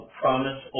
promise